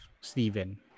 Stephen